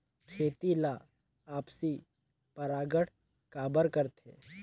खेती ला आपसी परागण काबर करथे?